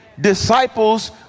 Disciples